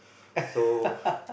so